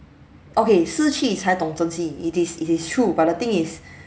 okay 失去才懂珍惜 it is it is true but the thing is